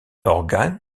organe